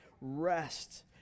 rest